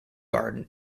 garden